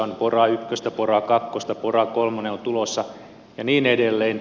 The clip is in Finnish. on pora ykköstä pora kakkosta pora kolmonen on tulossa ja niin edelleen